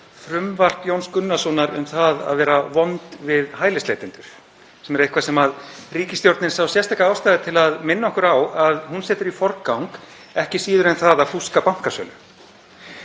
frumvarp Jóns Gunnarssonar um það að vera vond við hælisleitendur, sem er eitthvað sem ríkisstjórnin sá sérstaka ástæðu til að minna okkur á að hún setur í forgang, ekki síður en það að fúska við bankasölu.